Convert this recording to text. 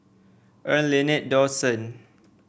Erna Lynette Dawson